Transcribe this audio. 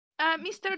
Mr